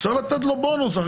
צריך לתת לו בונוס.